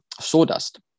sawdust